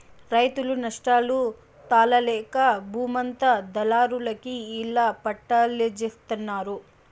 రైతులు నష్టాలు తాళలేక బూమంతా దళారులకి ఇళ్ళ పట్టాల్జేత్తన్నారు